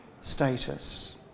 status